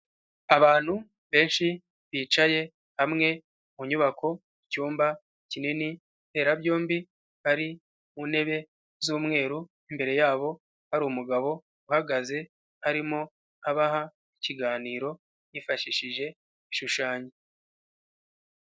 Abantu benshi bicaye hamwe mu nyubako icyumba kinini mberabyombi bari ku ntebe z'umweru imbere yabo hari umugabo uhagaze arimo abaha ikiganiro yifashishije ibishushanyo.